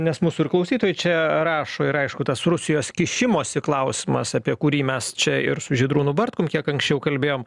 nes mūsų ir klausytojai čia rašo ir aišku tas rusijos kišimosi klausimas apie kurį mes čia ir su žydrūnu bartkum kiek anksčiau kalbėjom